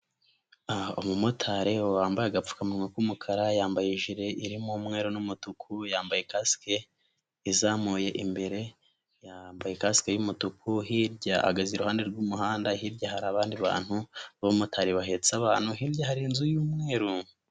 Umumotari wambaye agapfukamuwa k'umukara, yambaye ijire irimo umweru n'umutuku, yambaye kasike izamuye imbere, yambaye kasike y'umutuku, hirya ahagaze iruhande rw'umuhanda, hirya hari abandi bantu b'abamotari bahetse abantu, hirya hari inzu y'umweru.